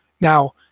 Now